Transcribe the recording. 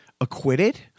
acquitted